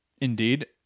indeed